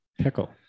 pickle